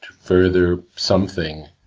further something,